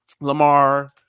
Lamar